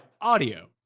audio